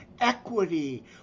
equity